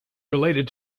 related